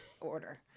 order